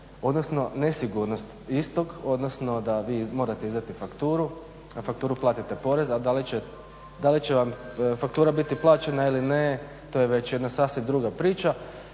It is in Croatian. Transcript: odnosno nesigurnost istog, odnosno da vi morate izdati fakturu, na fakturu platite porez, a da li će vam faktura biti plaćena ili ne to je već jedna sasvim druga priča.